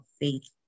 faith